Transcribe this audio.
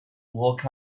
walk